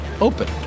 open